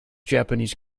japanese